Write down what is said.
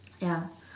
ya